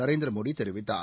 நரேந்திர மோடி தெரிவித்தார்